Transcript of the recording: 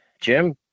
Jim –